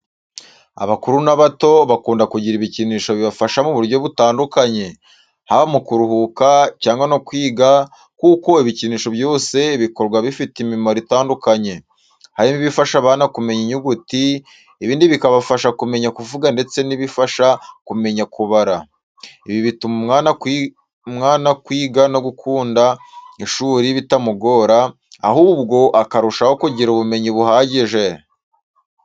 Abakuru n’abato, bakunda kugira ibikinisho bibafasha mu buryo butandukanye, haba mu kuruhuka cyangwa no kwiga kuko ibikinisho byose bikorwa bifite imimaro itandukanye. Harimo ibifasha abana kumenya inyuguti, ibindi bikabafasha kumenya kuvuga ndetse n’ibifasha kumenya kubara. Ibi bituma umwana kwiga no gukunda ishuri bitamugora, ahubwo akarushaho kugira ubumenyi buhagije.